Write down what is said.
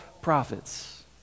prophets